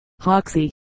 Hoxie